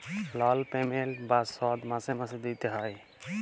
লল পেমেল্ট বা শধ মাসে মাসে দিইতে হ্যয়